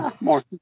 more